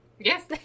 Yes